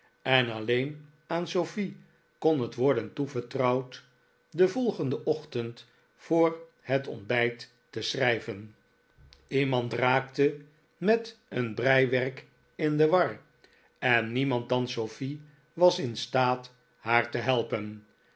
en alleen aan sofie kon het worden toevertrouwd den volgenden ochtend voor het ontbijt te schrijven iemand david copperfield raakte met een breiwerk in de war en niemand dan sofie was in staat haar te helpen